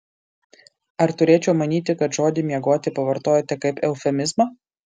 ar turėčiau manyti kad žodį miegoti pavartojote kaip eufemizmą